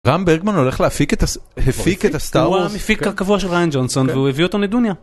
רם ברגמן הולך להפיק את הסטאר ווארס, הוא המפיק הקבוע של ריין ג'ונסון והוא הביא אותו לדוניה.